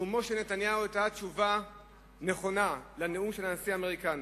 נאומו של נתניהו היה תשובה נכונה לנאום של הנשיא האמריקני.